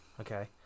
okay